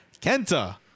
Kenta